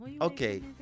okay